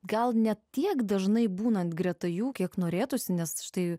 gal ne tiek dažnai būnant greta jų kiek norėtųsi nes štai